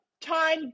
time